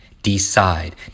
decide